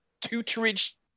tutorage